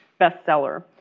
bestseller